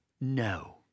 No